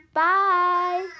bye